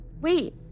Wait